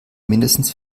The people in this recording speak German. mindestens